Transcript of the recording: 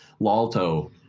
LALTO